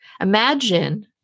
imagine